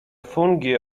fungi